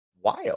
wild